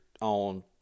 on –